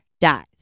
dies